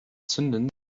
zündens